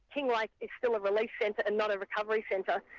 kinglake is still a relief centre and not a recovery centre.